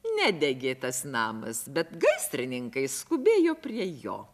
nedegė tas namas bet gaisrininkai skubėjo prie jo